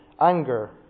Anger